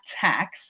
Tax